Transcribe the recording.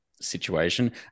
situation